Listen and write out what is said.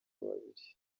babiri